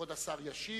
כבוד השר ישיב,